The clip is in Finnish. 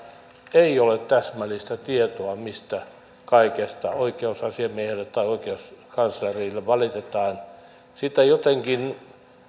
ei ole täsmällistä tietoa mistä kaikesta oikeusasiamiehelle tai oikeuskanslerille valitetaan sitä jotenkin